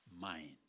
mind